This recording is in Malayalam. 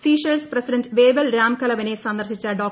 സീഷെൽസ് പ്രസിഡന്റ് വേവൽ രാംകലവനെ സന്ദർശിച്ച ഡോ